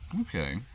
Okay